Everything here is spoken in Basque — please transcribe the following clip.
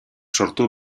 sortu